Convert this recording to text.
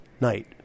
night